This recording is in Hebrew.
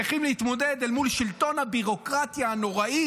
צריכים להתמודד אל מול שלטון הביורוקרטיה הנוראי